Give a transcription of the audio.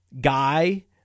guy